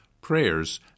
prayers